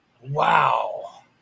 Wow